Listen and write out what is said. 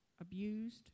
abused